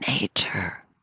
nature